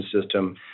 system